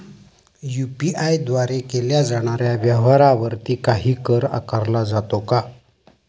UPI द्वारे केल्या जाणाऱ्या व्यवहारावरती काही कर आकारला जातो का?